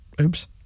Oops